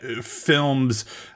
films